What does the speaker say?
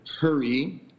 hurry